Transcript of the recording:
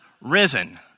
risen